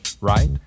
Right